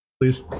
please